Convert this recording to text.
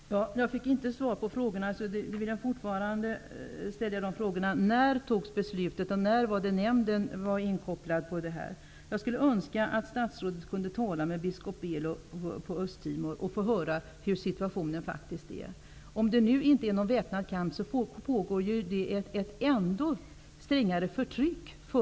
Fru talman! Jag fick inte svar på mina frågor. Därför ställer jag fortfarande frågorna: När togs beslutet och när kopplades den rådgivande nämnden för krigsmaterielfrågor in på detta? Jag skulle önska att statsrådet talade med biskop Belo på Östtimor för att efterhöra hur situationen faktiskt är. Även om det nu inte är fråga om väpnad kamp, pågår ju ändå ett strängare förtryck.